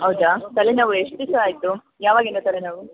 ಹೌದಾ ತಲೆ ನೋವು ಎಷ್ಟು ದಿಸ ಆಯಿತು ಯಾವಾಗಿಂದ ತಲೆ ನೋವು